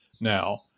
now